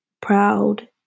proud